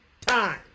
time